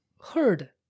heard